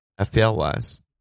FPL-wise